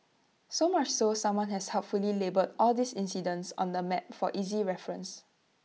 so much so someone has helpfully labelled all these incidents on A map for easy reference